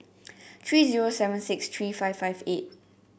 three zero seven six three five five eight